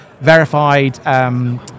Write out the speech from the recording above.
verified